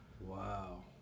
Wow